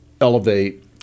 elevate